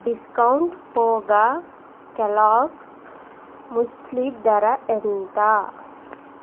discount పోగా Kellogg's muesli ధర ఎంత